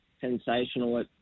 sensational